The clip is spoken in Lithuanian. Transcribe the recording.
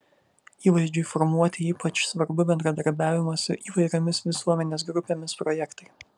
įvaizdžiui formuoti ypač svarbu bendradarbiavimo su įvairiomis visuomenės grupėmis projektai